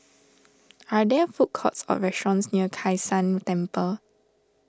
are there food courts or restaurants near Kai San Temple